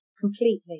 completely